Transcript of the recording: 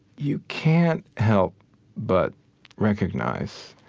you can't help but recognize